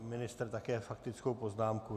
Pan ministr také faktickou poznámku?